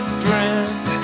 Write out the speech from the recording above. friend